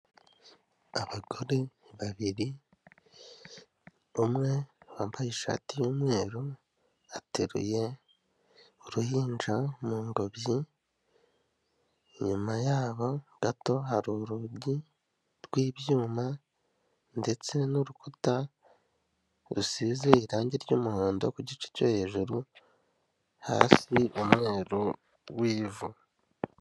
Abagore babiri, umwe wambaye ishati y'umweru ateruye uruhinja mu ngobyi, inyuma yabo gato hari urugi rw'ibyuma ndetse n'urukuta rusize irangi ry'umuhondo ku gice cyo hejuru, hasi umweru w'ivu.